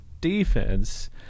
defense